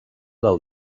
del